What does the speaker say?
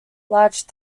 large